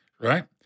Right